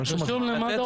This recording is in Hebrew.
רשום, רשום אחרת גברתי.